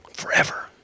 forever